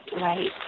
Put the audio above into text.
right